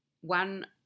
one